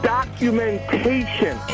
documentation